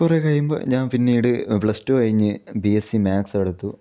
കുറേ കഴിയുമ്പോൾ ഞാൻ പിന്നീട് പ്ലസ് ടു കഴിഞ്ഞ് ബി എസ് സി മാത്സ് എടുത്തു